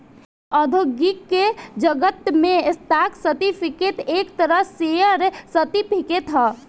औद्योगिक जगत में स्टॉक सर्टिफिकेट एक तरह शेयर सर्टिफिकेट ह